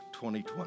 2020